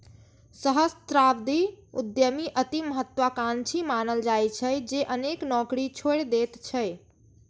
सहस्राब्दी उद्यमी अति महात्वाकांक्षी मानल जाइ छै, जे अनेक नौकरी छोड़ि दैत छै